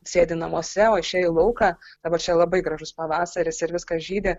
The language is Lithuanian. sėdi namuose o išėję į lauką dabar čia labai gražus pavasaris ir viskas žydi